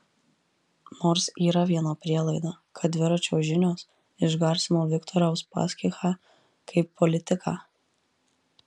nors yra viena prielaida kad dviračio žinios išgarsino viktorą uspaskichą kaip politiką